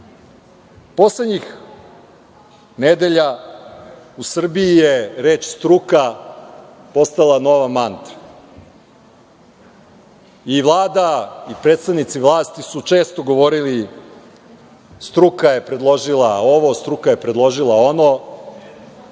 posla. Poslednjih nedelja u Srbiji je reč „struka“ postala nova mantra. I Vlada i predstavnici vlasti su često govorili – struka je predložila ovo, struka je predložila ono.